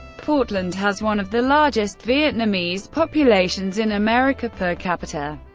portland has one of the largest vietnamese populations in america per capita.